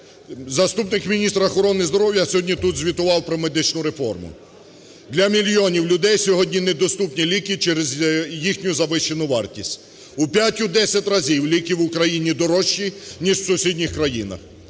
Заступник міністра охорони здоров'я сьогодні тут звітував про медичну реформу. Для мільйонів людей сьогодні недоступні ліки через їхню завищену вартість. У 5, у 10 разів ліки в Україні дорожчі, ніж в сусідніх країнах.